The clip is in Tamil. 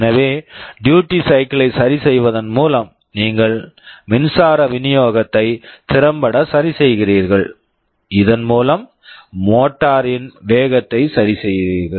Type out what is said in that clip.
எனவே டியூட்டி சைக்கிள் duty cycle யை சரிசெய்வதன் மூலம் நீங்கள் மின்சார விநியோகத்தை திறம்பட சரிசெய்கிறீர்கள் இதன் மூலம் மோட்டார் motor இன் வேகத்தை சரி செய்கிறீர்கள்